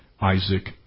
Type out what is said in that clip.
Isaac